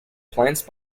plants